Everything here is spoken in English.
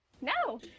No